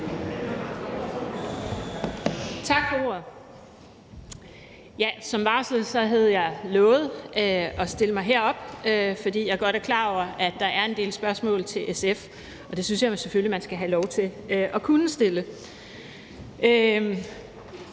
Tak for ordet. Som varslet har jeg lovet at stille mig herop, fordi jeg godt er klar over, at der er en del spørgsmål til SF. Dem synes jeg jo selvfølgelig at man skal have lov til at kunne stille.